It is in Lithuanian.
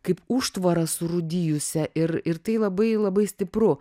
kaip užtvarą surūdijusią ir ir tai labai labai stipru